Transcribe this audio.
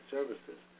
Services